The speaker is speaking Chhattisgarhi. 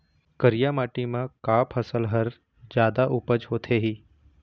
करिया माटी म का फसल हर जादा उपज होथे ही?